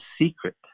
secret